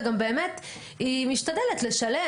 וגם באמת היא משתדלת לשלם.